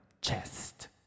chest